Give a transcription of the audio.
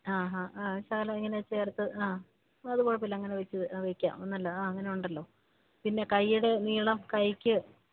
ആ ഹാ ആ ഷാള് ഇങ്ങനെ ചേർത്ത് ആ അപ്പോള് അത് കുഴപ്പമില്ല അങ്ങനെ വെച്ച് വെയ്ക്കാം നല്ലതാണ് ആ അങ്ങനെയുണ്ടല്ലോ പിന്നെ കയ്യുടെ നീളം കൈയ്ക്ക്